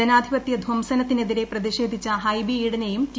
ജനാധിപത്യ ധംസനത്തിനെതിരെ പ്രതിഷേധിച്ച ഹൈബി ഈഡനെയും ടി